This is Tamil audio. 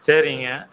சரிங்க